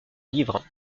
livres